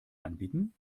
anbieten